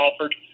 offered